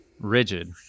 rigid